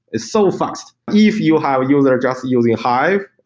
it's so fast. if you have a user just using hive,